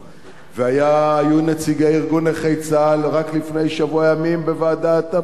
והיו נציגי ארגון נכי צה"ל רק לפני שבוע ימים בוועדת העבודה והרווחה